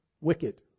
wicked